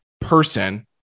person